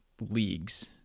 leagues